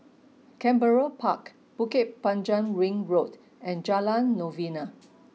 Canberra Park Bukit Panjang Ring Road and Jalan Novena